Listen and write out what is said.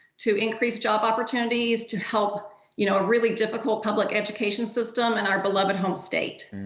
to increase job opportunities, to help you know a really difficult public education system in our beloved home state.